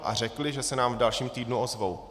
A řekli, že se nám v dalším týdnu ozvou.